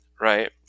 Right